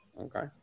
Okay